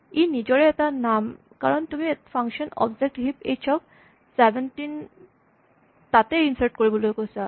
ই নিজৰে এটা নাম কাৰণ তুমি এটা ফাংচন অবজেক্ট হিপ এইচ ক ১৭ তাতে ইনচাৰ্ট কৰিবলৈ কৈছা